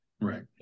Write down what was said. Right